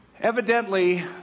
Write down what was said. Evidently